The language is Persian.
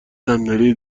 صندلی